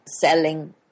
selling